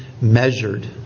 measured